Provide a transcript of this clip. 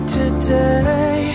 today